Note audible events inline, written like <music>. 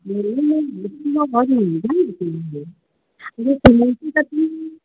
बोलिए मैम <unintelligible> बहुत महँगा है फिर भी अच्छा समोसे का क्या है